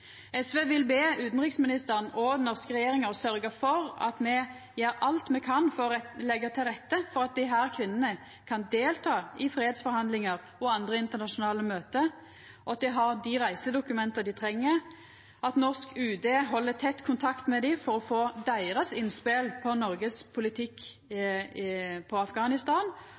SV vil be utanriksministeren og den norske regjeringa om å sørgja for at ein gjer alt ein kan for å leggja til rette for at desse kvinnene kan delta i fredsforhandlingar og andre internasjonale møte, at dei har dei reisedokumenta dei treng, at norsk UD held tett kontakt med dei for å få deira innspel for Noregs politikk når det gjeld Afghanistan,